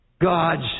God's